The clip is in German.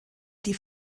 die